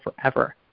forever